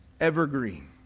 evergreen